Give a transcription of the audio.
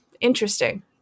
Interesting